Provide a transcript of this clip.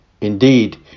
Indeed